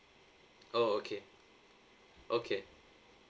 oh okay okay